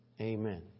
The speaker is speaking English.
Amen